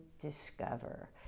discover